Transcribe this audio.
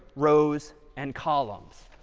rows and columns.